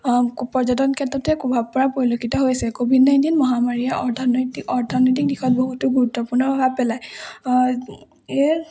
পৰ্যটন ক্ষেত্ৰতে প্ৰভাৱ পৰা পৰিলক্ষিত হৈছে ক'ভিড নাইণ্টিন মহামাৰীয়ে অৰ্থনৈতিক অৰ্থনৈতিক দিশত বহুতো গুৰুত্বপূৰ্ণ প্ৰভাৱ পেলায়